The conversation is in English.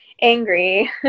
angry